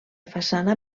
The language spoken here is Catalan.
façana